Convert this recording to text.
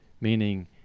Meaning